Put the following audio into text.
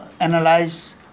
analyze